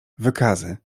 wykazy